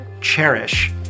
cherish